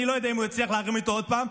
לא יודע אם הוא יצליח להרים אותו עוד פעם.